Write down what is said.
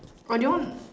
or do you want